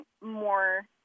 more